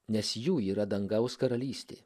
nes jų yra dangaus karalystė